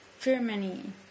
Germany